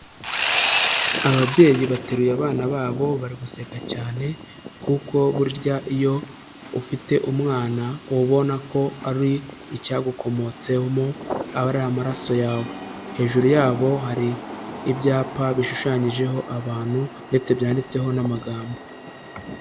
Ababyeyi bateruye abana babo bari guseka cyane kuko burya iyo ufite umwana uba ubona ko ari icyagukomotsemo aba ari amaraso yawe, hejuru yabo hari ibyapa bishushanyijeho abantu ndetse byanditseho n'amagambo.